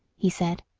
he said.